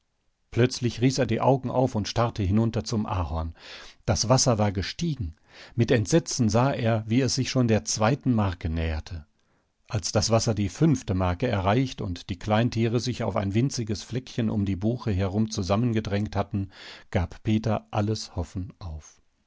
plötzlich riß er die augen auf und starrte hinunter zum ahorn das wasser war gestiegen mit entsetzen sah er wie es sich schon der zweiten marke näherte als das wasser die fünfte marke erreicht und die kleintiere sich auf ein winziges fleckchen um die buche herum zusammengedrängt hatten gab peter alles hoffen auf